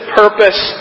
purpose